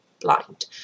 blind